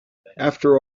after